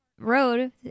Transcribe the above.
road